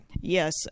Yes